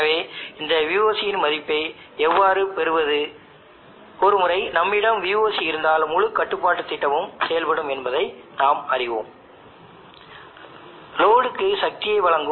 எனவே இந்த பேனலின் ஷார்ட் சர்க்யூட்டை எவ்வாறு பெறுவது இந்த பேனலை என்னால் நேரடியாக ஷார்ட் சர்க்யூட் செய்ய முடியாது ஏனென்றால் அந்த விஷயத்தில் லோடுக்கு எந்த பவர் டிரான்ஸ்பரும் நடக்காது